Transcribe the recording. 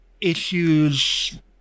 issues